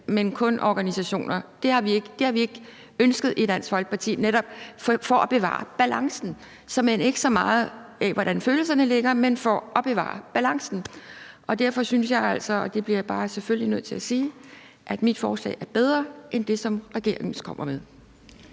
men kun organisationer, der må, så har vi ikke ønsket det i Dansk Folkeparti, netop for at bevare balancen. Det er såmænd ikke så meget, i forhold til hvordan følelserne ligger, men for at bevare balancen. Derfor synes jeg altså, og det bliver jeg bare selvfølgelig nødt til at sige, at mit forslag er bedre end det, som regeringen kommer med.